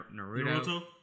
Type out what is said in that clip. Naruto